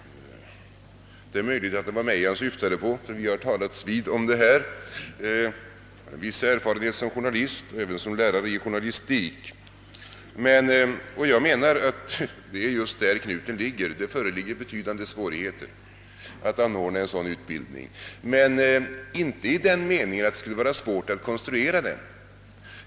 Det är möjligt att det var mig han syftade på; vi har talats vid om det här, och jag har en viss erfarenhet som journalist och även som lärare i journalistik. Jag anser att det föreligger betydande svårigheter att anordna en sådan utbildning. Det skulle i och för sig inte vara svårt att konstruera denna utbildning.